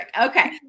Okay